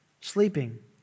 sleeping